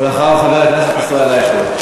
ולאחריו, חבר הכנסת ישראל אייכלר.